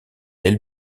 elle